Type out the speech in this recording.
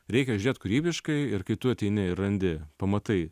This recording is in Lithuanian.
reikia žiūrėt kūrybiškai ir kai tu ateini ir randi pamatai